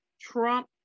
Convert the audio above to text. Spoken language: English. Trump